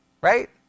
Right